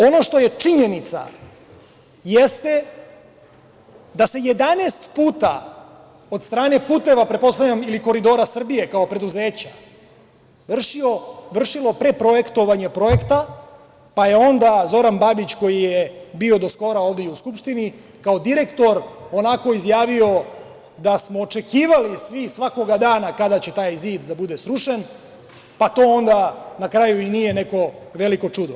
Ono što je činjenica, jeste da se 11 puta od strane puteva, pretpostavljam, ili Koridora Srbije kao preduzeća, vršilo preprojektovanje projekta, pa je onda Zoran Babić, koji je bio do skora ovde i u Skupštini, kao direktor, onako, izjavio, da smo očekivali svi svakoga dana kada će taj zid da bude srušen, pa ta onda na kraju i nije neko veliko čudo.